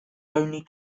only